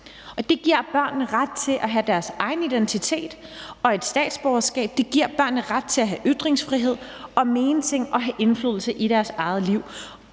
Det giver børnene ret til at have deres egen identitet og et statsborgerskab, og det giver børnene ret til at have ytringsfrihed og mene nogle ting og have indflydelse i deres eget liv,